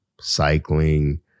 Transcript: cycling